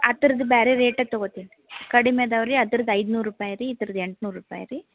ಆ ಥರದ್ದು ಬೇರೆ ರೇಟೆ ತೊಗೊತೀನಿ ರೀ ಕಡಿಮೆ ಇದಾವೆ ರೀ ಅದ್ರದ್ದು ಐದ್ನೂರು ರೂಪಾಯಿ ರೀ ಇದ್ರದ್ದು ಎಂಟ್ನೂರು ರೂಪಾಯಿ ರೀ